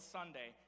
Sunday